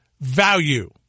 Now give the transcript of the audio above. value